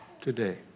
today